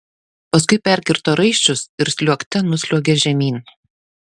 paskui perkirto raiščius ir sliuogte nusliuogė žemyn